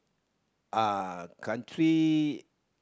uh country